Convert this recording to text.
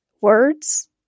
words